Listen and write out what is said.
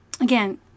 again